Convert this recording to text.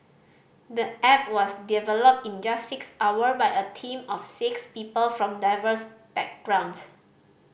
the app was developed in just six hour by a team of six people from diverse backgrounds